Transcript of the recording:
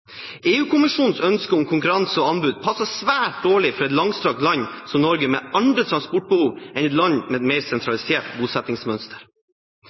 ønske om konkurranse og anbud passer svært dårlig for et langstrakt land som Norge, med andre transportbehov enn et land med et mer sentralisert bosettingsmønster.